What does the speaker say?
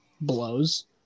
blows